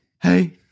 Hey